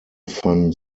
van